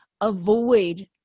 avoid